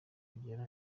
bugere